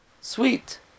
sweet